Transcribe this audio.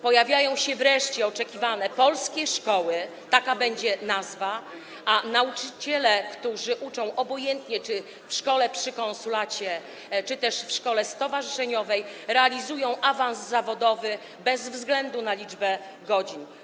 Pojawią się wreszcie oczekiwane polskie szkoły, taka będzie nazwa, a nauczyciele, którzy uczą, obojętnie czy w szkole przy konsulacie, czy też w szkole stowarzyszeniowej, zrealizują awans zawodowy bez względu na liczbę godzin.